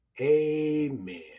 Amen